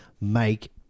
make